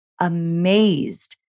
amazed